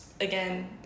again